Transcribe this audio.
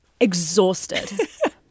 exhausted